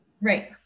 right